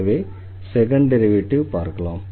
எனவே second derivative பார்க்கலாம்